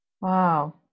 Wow